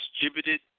distributed